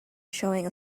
showing